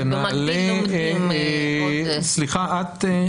סליחה, את?